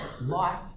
life